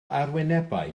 arwynebau